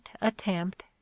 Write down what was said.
attempt